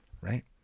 right